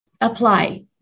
apply